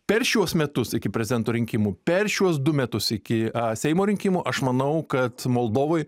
per šiuos metus iki prezidento rinkimų per šiuos du metus iki seimo rinkimų aš manau kad moldovoj